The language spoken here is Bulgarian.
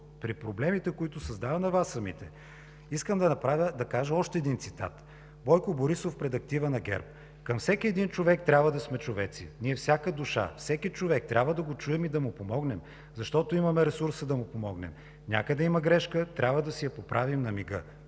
при проблемите, които създава на Вас самите? Искам да кажа още един цитат – Бойко Борисов пред актива на ГЕРБ: „Към всеки един човек трябва да сме човеци. Ние всяка душа, всеки човек трябва да го чуем и да му помогнем, защото имаме ресурса да му помогнем. Някъде има грешка, трябва да си я поправи на мига“.